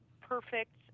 perfect